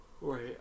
Right